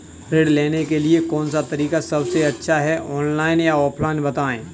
ऋण लेने के लिए कौन सा तरीका सबसे अच्छा है ऑनलाइन या ऑफलाइन बताएँ?